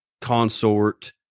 consort